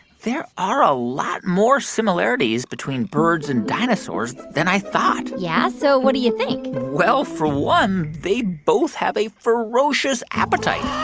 there are a lot more similarities between birds and dinosaurs than i thought yeah? so what do you think? well, for one, they both have a ferocious appetite